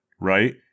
right